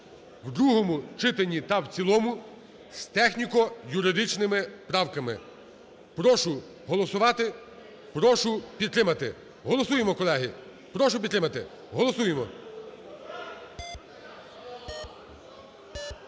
в другому читанні та в цілому з техніко-юридичними правками. Прошу голосувати. Прошу підтримати. Голосуємо, колеги. Прошу підтримати. Голосуємо.